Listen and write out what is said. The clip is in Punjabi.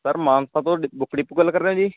ਸਰ ਮਾਨਸਾ ਤੋਂ ਡਿ ਬੁੱਕ ਡਿਪੂ ਗੱਲ ਕਰ ਰਹੇ ਹੋ ਜੀ